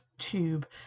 tube